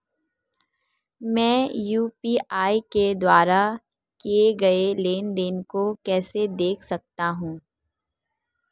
मैं यू.पी.आई के द्वारा किए गए लेनदेन को कैसे देख सकता हूं?